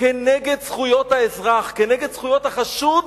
כנגד זכויות האזרח, כנגד זכויות החשוד,